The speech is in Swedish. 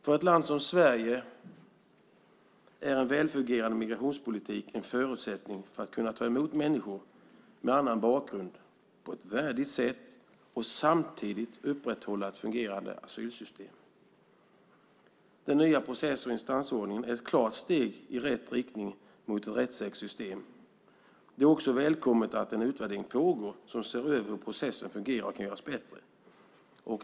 För ett land som Sverige är en väl fungerande migrationspolitik en förutsättning för att kunna ta emot människor med annan bakgrund på ett värdigt sätt och samtidigt upprätthålla ett fungerande asylsystem. Den nya process och instansordningen är ett klart steg i rätt riktning mot ett rättssäkert system. Det är också välkommet att en utvärdering pågår som ser över hur processen fungerar och kan göras bättre.